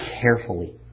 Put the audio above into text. carefully